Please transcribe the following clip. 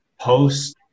post-